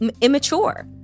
immature